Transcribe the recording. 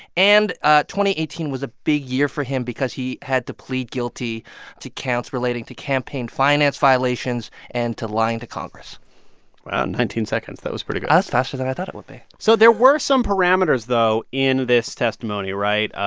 and ah eighteen was a big year for him because he had to plead guilty to counts relating to campaign finance violations and to lying to congress wow, nineteen seconds. that was pretty good that was faster than i thought it would be so there were some parameters, though, in this testimony, right?